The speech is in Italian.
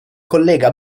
collega